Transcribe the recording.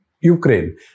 Ukraine